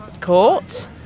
court